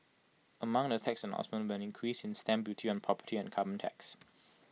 among the tax announcements were an increase in stamp duty on property and A carbon tax